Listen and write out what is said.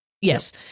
yes